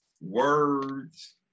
words